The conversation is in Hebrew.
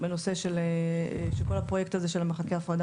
בנושא של כל הפרויקט הזה של המרחקי הפרדה.